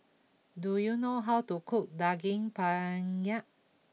do you know how to cook Daging Penyet